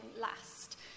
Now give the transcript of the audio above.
last